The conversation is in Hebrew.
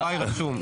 יוראי רשום.